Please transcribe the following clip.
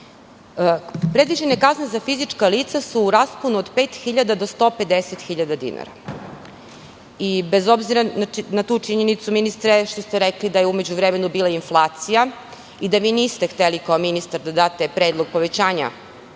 Predviđene kazne za fizička lica su u rasponu od pet hiljada do 150 hiljada dinara. Bez obzira na tu činjenicu što ste vi rekli, da je u međuvremenu bila inflacija, i da vi niste hteli kao ministar da date predlog povećanja